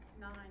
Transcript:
nine